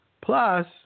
Plus